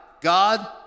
God